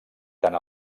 tant